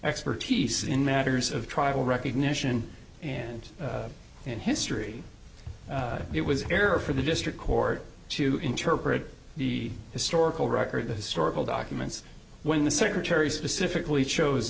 expertise in matters of tribal recognition and in history it was error for the district court to interpret the historical record the historical documents when the secretary specifically chose